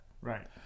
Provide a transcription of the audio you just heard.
Right